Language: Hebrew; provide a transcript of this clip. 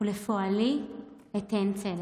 ולפעלי אתן צדק".